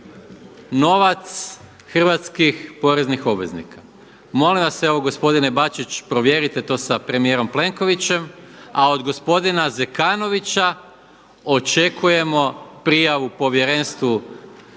novac hrvatskih poreznih obveznika. Molim vas evo gospodine Bačić provjerite to sa premijerom Plenkovićem, a od gospodina Zekanovića očekujemo prijavu Povjerenstvu za sukob